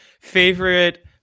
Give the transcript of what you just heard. favorite